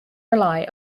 rely